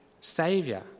Saviour